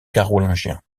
carolingien